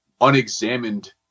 unexamined